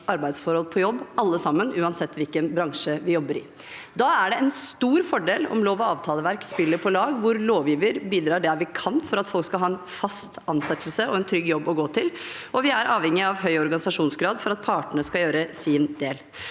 arbeidsforhold på jobb alle sammen, uansett hvilken bransje vi jobber i. Da er det en stor fordel om lov- og avtaleverk spiller på lag, hvor lovgiver bidrar der man kan for at folk skal ha fast ansettelse og en trygg jobb å gå til, og vi er avhengig av høy organisasjonsgrad for at partene skal gjøre sin del.